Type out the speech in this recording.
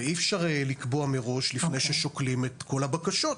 ואי אפשר לקבוע מראש לפני ששוקלים את כל הבקשות.